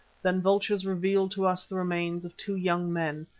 then vultures revealed to us the remains of two young men,